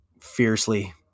fiercely